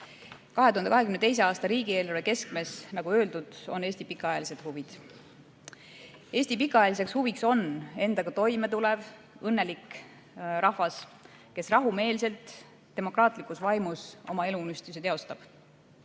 2022. aasta riigieelarve keskmes, nagu öeldud, on Eesti pikaajalised huvid. Eesti pikaajaliseks huviks on endaga toime tulev õnnelik rahvas, kes rahumeelselt demokraatlikus vaimus oma eluunistusi teostab.